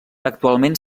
actualment